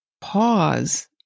pause